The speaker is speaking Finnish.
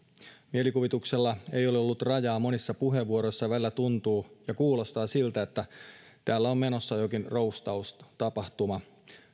mielikuvituksella ei ole ollut rajaa monissa puheenvuoroissa ja välillä tuntuu ja kuulostaa siltä että täällä on menossa jokin roastaustapahtuma